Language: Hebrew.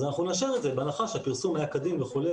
אז אנחנו נאשר את זה בהנחה שהפרסום היה כדין וכו'.